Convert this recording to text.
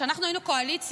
כשאנחנו היינו בקואליציה,